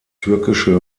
türkische